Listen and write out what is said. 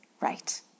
right